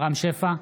רם שפע,